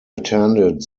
attended